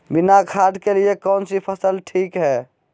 बिना खाद के लिए कौन सी फसल ठीक है?